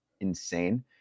insane